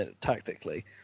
tactically